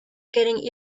getting